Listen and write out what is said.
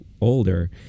older